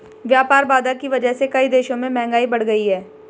व्यापार बाधा की वजह से कई देशों में महंगाई बढ़ गयी है